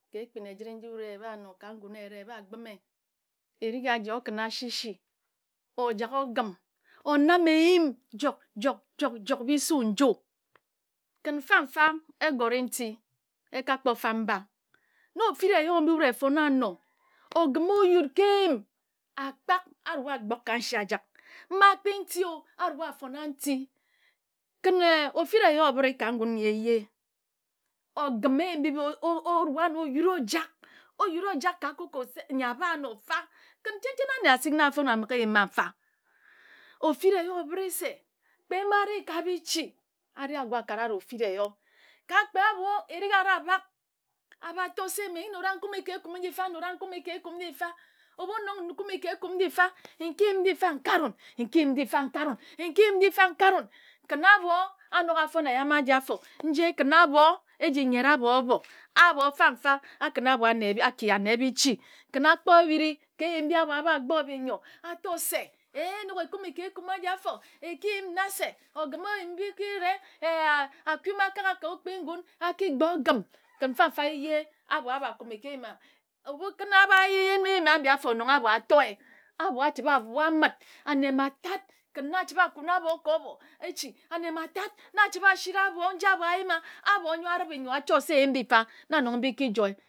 Ka ekpin ejəre nji wut ebhae ano ka ngun eyere e bha gbəme. Eri aji o kən shishi o jak ogəm o nam eyim jok jok jok bi sue nju kən fanfa egoti nti e ka kpo fam mba. Na ofiraeyo mbi wut e fone ano ogim o yut ka eyim. Akpaka yue a gbok kansi a jak mma a kpi nti o a rue a fona nti kən ofira eyo obhəre ka ngun nyi eye ogim eyim o rue ano o yura o jak o yara o jak ka koko se nyi a bha ano nfa kən chenchen ane asik na a fone aməghe eyim mma a ri ka bichi a ri ago a kara wut ofira eyo ka kpe abho erik a ri a bhak a bha to be mme n nora n kume ka ekume nji mfa n nora n kume ka ekume nji fa. Ebhu n nok kume ka ekume nji mfa n ki yim nji mfa n kare wun. N ki yim nji mfa n kare wun, N ki yim nji mfa n kare wun. Kən abho a nok a fon eyam aji afo nji e kən abho e ji nyere abho abho. Abho mfanfa a kən abho ane a kən abho a ki ane bichi. Kən a kpo bhiri ka eyim mbi abho gbo binyo a to se ei e nok ekumi ka ekume aji afo e ki yim nna se, ogim eyim bi ki re ea aku mma a kagha ka okpi ngunn a ki gbo ogim kən mfanfa eye abho a bha kume ka eyim a obhu kən a bha yim eyim a bhi afo nong abho a toe, abho a chəbhe a bhua amət. Ane mma tat kən na achəbhe a kuna abho ka echi mma tat na a chəbhe a sira abho nji abho a yima. Abho mma a rəbhe nnyo achot se abho a ki yim eyim mbi fa na nong bi ki joe